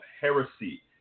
heresy